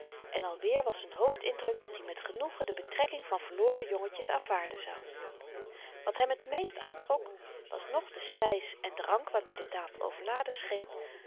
en alweer was z'n hoofdindruk dat-i met genoegen de betrekking van verloren jongetjen aanvaarden zou wat hem t meest aantrok was noch de spys en drank waarmee de tafel overladen scheen